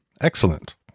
excellent